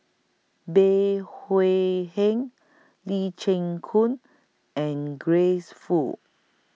Bey Hui Heng Lee Chin Koon and Grace Fu